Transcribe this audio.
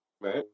right